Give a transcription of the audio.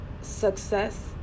success